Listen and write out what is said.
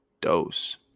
dose